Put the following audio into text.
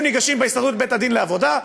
היו ניגשים בהסתדרות לבית-הדין לעבודה.